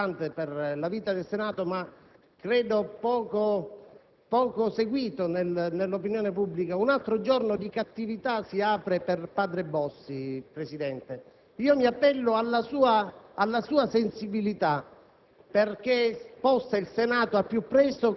ad un dibattito importante per la sua vita, ma credo poco seguito dall'opinione pubblica, un altro giorno di cattività si apre per padre Bossi. Mi appello alla sua sensibilità